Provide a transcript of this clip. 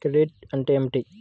Credit అంటే ఏమిటి?